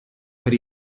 per